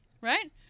Right